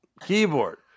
Keyboard